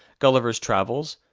gulliver's travels,